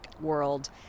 world